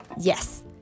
Yes